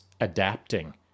adapting